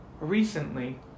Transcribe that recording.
recently